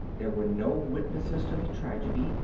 there were no witnesses to the tragedy,